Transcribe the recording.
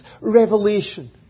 revelation